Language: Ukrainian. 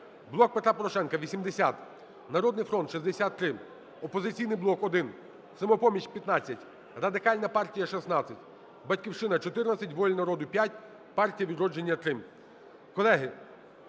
"Блок Петра Порошенка" – 80, "Народний фронт" – 63, "Опозиційний блок" – 1, "Самопоміч" – 15, Радикальна партія – 16, "Батьківщина" –14, "Воля народу" – 5, "Партія "Відродження" – 3.